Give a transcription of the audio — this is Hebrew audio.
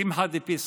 קמחא דפסחא,